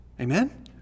amen